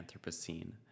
Anthropocene